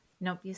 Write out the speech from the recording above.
Nope